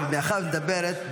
אבל מאחר שאת מדברת,